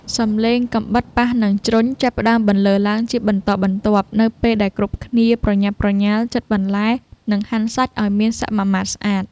សំឡេងកាំបិតប៉ះនឹងជ្រុញចាប់ផ្ដើមបន្លឺឡើងជាបន្តបន្ទាប់ នៅពេលដែលគ្រប់គ្នាប្រញាប់ប្រញាល់ចិតបន្លែ និងហាន់សាច់ឱ្យមានសមាមាត្រស្អាត។